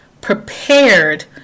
Prepared